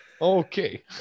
Okay